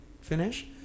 finish